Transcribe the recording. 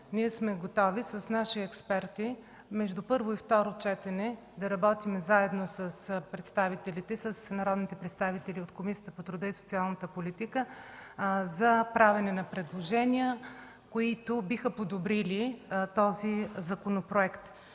повече: готови сме с наши експерти между първо и второ четене да работим заедно с народните представители от Комисията по труда и социалната политика за правене на предложения, които биха подобрили този законопроект.